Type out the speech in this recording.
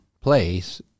place